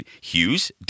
Hughes